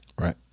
right